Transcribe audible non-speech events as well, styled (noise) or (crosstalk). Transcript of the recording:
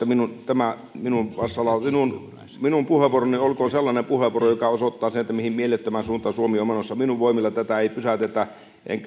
(unintelligible) minun tämä minun puheenvuoroni olkoon sellainen puheenvuoro joka osoittaa sen mihin mielettömään suuntaan suomi on menossa minun voimillani tätä ei pysäytetä